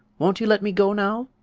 won't you let me go now?